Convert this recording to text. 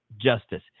justice